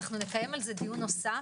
נקיים על זה דיון נוסף,